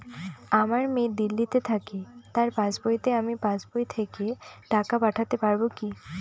আমার মেয়ে দিল্লীতে থাকে তার পাসবইতে আমি পাসবই থেকে টাকা পাঠাতে পারব কি?